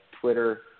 Twitter